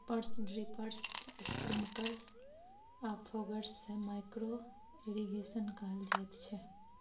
drippers, sprinkle आ foggers सँ micro irrigation कहल जाइत छै